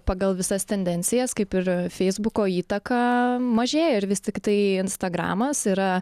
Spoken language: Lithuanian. pagal visas tendencijas kaip ir feisbuko įtaka mažėja ir vis tiktai instagramas yra